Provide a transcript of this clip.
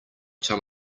tell